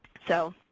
so,